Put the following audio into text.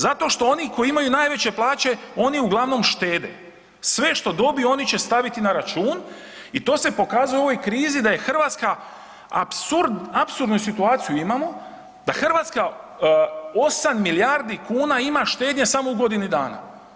Zato što oni koji imaju najveće plaće, oni uglavnom štede, sve što dobiju oni će staviti na račun i to se pokazuje u ovoj krizi da je Hrvatska apsurd, apsurdnu situaciju imamo da Hrvatska 8 milijardi kuna ima štednje samo u godini dana.